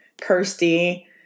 Kirsty